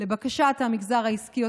לבקשת המגזר העסקי,